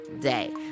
day